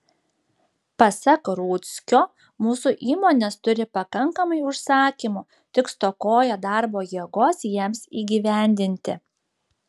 pasak rudzkio mūsų įmonės turi pakankamai užsakymų tik stokoja darbo jėgos jiems įgyvendinti